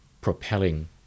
propelling